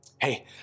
Hey